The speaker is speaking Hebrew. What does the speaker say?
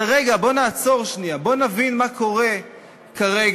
אבל רגע, בוא נעצור שנייה, בוא נבין מה קורה כרגע.